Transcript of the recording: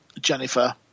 Jennifer